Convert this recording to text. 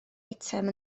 eitem